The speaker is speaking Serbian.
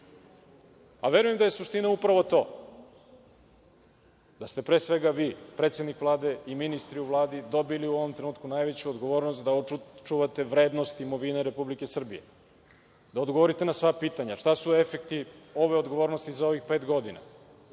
A verujem da je suština upravo to, da ste pre svega vi, predsednik Vlade i ministri u Vladi dobili u ovom trenutku najveću odgovornost da očuvate vrednost imovine Republike Srbije, da odgovorite na sva pitanja, šta su efekti ove odgovornosti za ovih pet godina. Ako